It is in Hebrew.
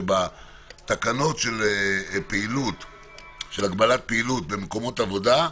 שבתקנות של הגבלת פעילות במקומות עבודה,